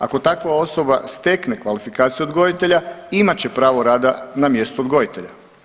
Ako takva osoba stekne kvalifikaciju odgojitelja imat će pravo rada na mjestu odgojitelja.